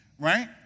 right